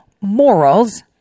morals